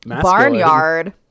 barnyard